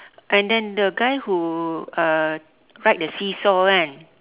and then the guy who uh ride the seesaw kan